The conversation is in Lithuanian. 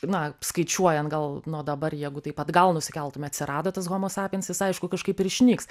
na skaičiuojant gal nuo dabar jeigu taip atgal nusikeltume atsirado tas homo sapiens jis aišku kažkaip ir išnyks